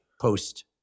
post